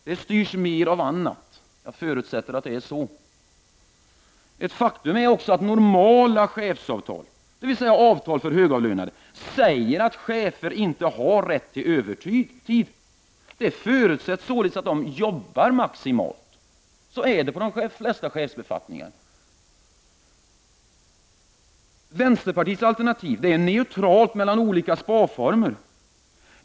Det styrs mera av annat. Jag förutsätter att det är på det sättet. Ett faktum är att det i normala chefsavtal, dvs. avtal för högavlönade, sägs att cheferna inte har rätt till övertidsersättning. Det förutsätts således att de jobbar maximalt. Så är det på de flesta chefsbefattningar. Vänsterpartiets alternativ är neutralt i fråga om olika sparformer.